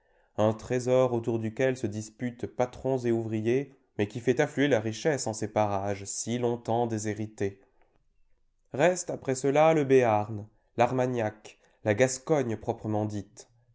un trésor autour duquel se disputent patrons et ouvriers mais qui fait affluer la richesse en ces parages si longtemps déshérités restent après cela le béarn l'armagnac la gascogne proprement dite